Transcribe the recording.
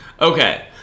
okay